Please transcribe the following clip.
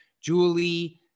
Julie